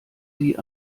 sie